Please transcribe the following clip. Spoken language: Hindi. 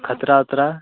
खतरा ओतरा